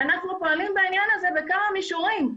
ואנחנו פועלים בעניין הזה בכמה מישורים.